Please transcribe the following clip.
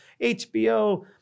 HBO